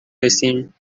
رسیم